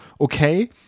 okay